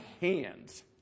hands